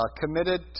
committed